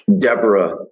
Deborah